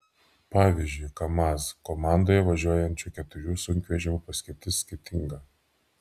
pavyzdžiui kamaz komandoje važiuojančių keturių sunkvežimių paskirtis skirtinga